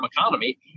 economy